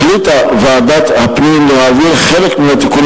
החליטה ועדת הפנים להעביר חלק מן התיקונים